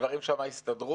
הדברים שם הסתדרו?